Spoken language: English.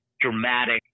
dramatic